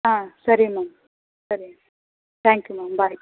ಹಾಂ ಸರಿ ಮ್ಯಾಮ್ ಸರಿ ಥ್ಯಾಂಕ್ ಯು ಮ್ಯಾಮ್ ಬಾಯ್